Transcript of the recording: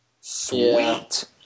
Sweet